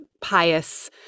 pious